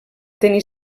tenir